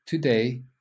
today